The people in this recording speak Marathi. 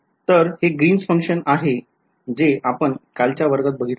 तर हे ग्रीन्स function आहे जे आपण कालच्या वर्गात बघितले होते